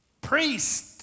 Priest